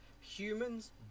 humans